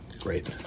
great